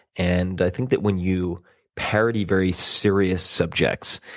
and i think that when you parody very serious subjects,